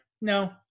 no